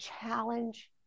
challenge